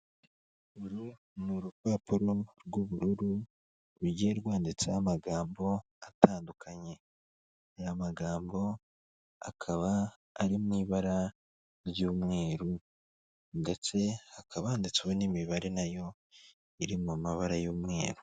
Uru n'urupapuro rw'ubururu rugiye rwanditseho amagambo atandukanye, aya magambo akaba ari mu ibara ry'umweru ndetse hakaba haditsweho n'imibare nayo iri mu mabara y'umweru.